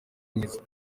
mwiza